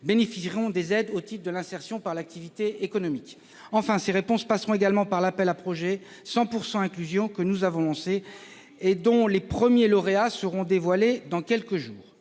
bénéficieront des aides au titre de l'insertion par l'activité économique. Enfin, ces réponses passeront également par l'appel à projets 100 % inclusion que nous avons lancé et dont les premiers lauréats seront dévoilés dans quelques jours.